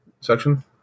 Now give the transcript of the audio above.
section